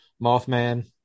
Mothman